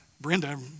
Brenda